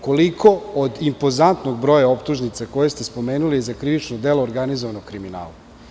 Koliko od impozantnog broja optužnica koje ste spomenuli za krivično delo organizovanog kriminala?